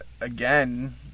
again